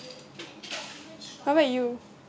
how about you